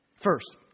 First